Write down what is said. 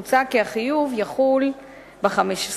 מוצע כי החיוב יחול ב-15